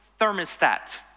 thermostat